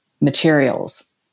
materials